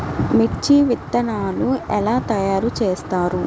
మిర్చి విత్తనాలు ఎలా తయారు చేస్తారు?